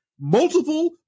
multiple